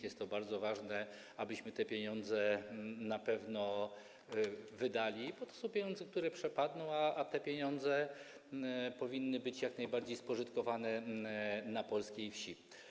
Jest to bardzo ważne, abyśmy te pieniądze na pewno wydali, bo to są pieniądze, które przepadną, a te pieniądze powinny być jak najbardziej spożytkowane na polskiej wsi.